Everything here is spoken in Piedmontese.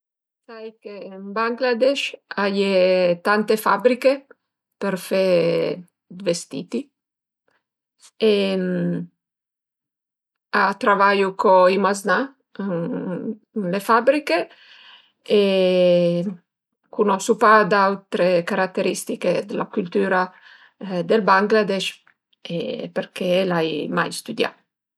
Sai che ën Bangladesh a ie tante fabbriche për fe d'vestiti e a travaiu co i maznà ën le fabbriche e cunuso pa d'autre carateristiche d'la cültuüra dël Bangladesh perché l'ai mai stüdià